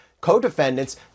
co-defendants